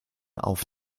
auf